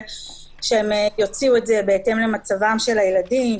שהם יוציאו את זה בהתאם למצבם של הילדים,